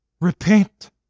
Repent